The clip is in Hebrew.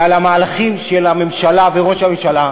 ועל המהלכים של הממשלה וראש הממשלה,